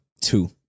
two